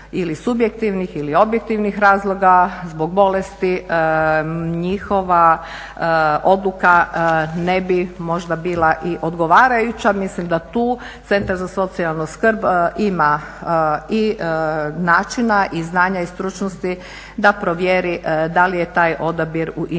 ili subjektivnih ili objektivnih razloga, zbog bolesti njihova odluka ne bi možda bila i odgovarajuća. Mislim da tu centar za socijalnu skrb ima i načina, i znanja i stručnosti da provjeri da li je taj odabir u interesu